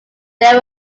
they